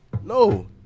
No